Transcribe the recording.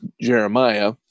Jeremiah